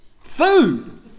Food